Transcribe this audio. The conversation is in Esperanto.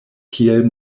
kiel